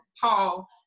Paul